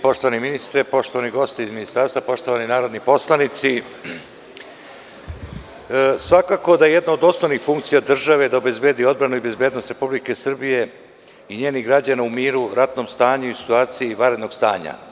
Poštovani ministre, poštovani gosti iz ministarstva, poštovani narodni poslanici, svakako da je jedna od osnovnih funkcija države da obezbedi odbranu i bezbednost Republike Srbije i njenih građana u miru, ratnom stanju i u situaciji vanrednog stanja.